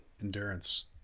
endurance